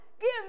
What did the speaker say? Give